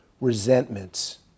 resentments